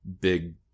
Big